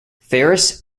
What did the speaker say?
ferrous